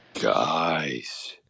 guys